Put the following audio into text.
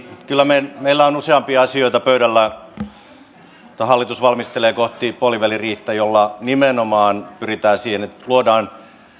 kyllä meillä on pöydällä useampia asioita joita hallitus valmistelee kohti puoliväliriihtä ja joilla nimenomaan pyritään siihen että luodaan